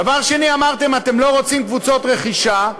דבר שני, אמרתם, אתם לא רוצים קבוצות רכישה,